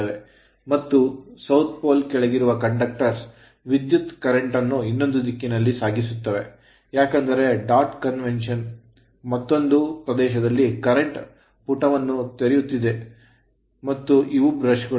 ಮತ್ತು ದಕ್ಷಿಣ pole ಧ್ರುವದ ಕೆಳಗಿರುವ conductors ವಾಹಕಗಳಲ್ಲಿ ವಿದ್ಯುತ್ current ಕರೆಂಟ್ ಇನ್ನೊಂದು ದಿಕ್ಕಿನಲ್ಲಿ ಸಾಗಿಸುತ್ತವೆ ಏಕೆಂದರೆ ಡಾಟ್ convention ಸಮಾವೇಶದಿಂದ ಮತ್ತೊಂದು ಪ್ರದೇಶದಲ್ಲಿ current ಕರೆಂಟ್ ಪುಟವನ್ನು ತೊರೆಯುತ್ತಿದೆ ಮತ್ತು ಇವು brushes ಬ್ರಷ್ ಗಳು